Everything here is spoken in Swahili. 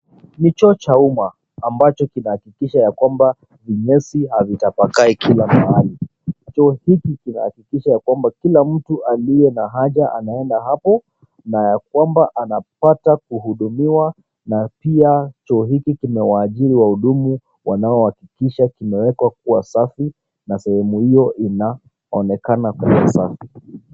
Ni choo cha umma ambacho kinahakikisha ya kwamba vinyesi havitapakai kila mahali. Kituo hiki kinahakikisha ya kwamba kila mtu aliye na haja anaenda hapo na ya kwamba anafuata kuhudumiwa na pia choo hiki kimewaajiri wahudumu wanaohakikisha kimewekwa kuwa safi na sehemu hiyo inaonekana kuwa safi.